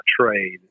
trade